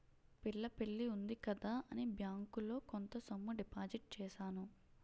పిల్ల పెళ్లి ఉంది కదా అని బ్యాంకులో కొంత సొమ్ము డిపాజిట్ చేశాను